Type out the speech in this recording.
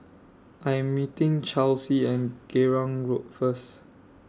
I Am meeting Chelsie and Geylang Road First